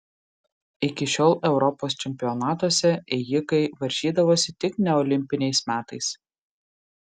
iki šiol europos čempionatuose ėjikai varžydavosi tik neolimpiniais metais